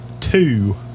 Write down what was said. Two